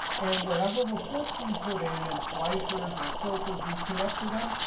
and whatever reports we put in and slicers or filters we connect to them,